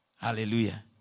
Hallelujah